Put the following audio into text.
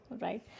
right